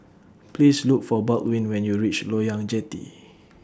Please Look For Baldwin when YOU REACH Loyang Jetty